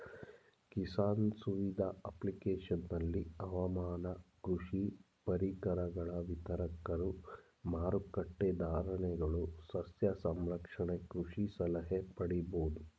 ಕಿಸಾನ್ ಸುವಿಧ ಅಪ್ಲಿಕೇಶನಲ್ಲಿ ಹವಾಮಾನ ಕೃಷಿ ಪರಿಕರಗಳ ವಿತರಕರು ಮಾರಕಟ್ಟೆ ಧಾರಣೆಗಳು ಸಸ್ಯ ಸಂರಕ್ಷಣೆ ಕೃಷಿ ಸಲಹೆ ಪಡಿಬೋದು